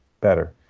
better